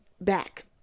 back